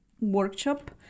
Workshop